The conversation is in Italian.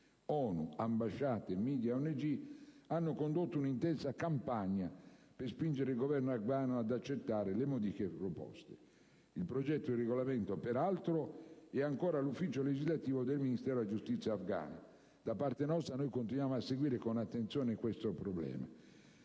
ONU, ambasciate, *media* e ONG hanno condotto un'intensa campagna di sensibilizzazione per spingere il Governo afghano ad accettare le modifiche proposte. Il progetto di regolamento, peraltro, è ancora all'ufficio legislativo del Ministero della giustizia afghano. Da parte nostra, continuiamo a seguire con attenzione questo problema.